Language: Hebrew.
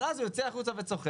ואז הוא יוצא החוצה וצוחק.